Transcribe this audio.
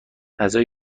غذای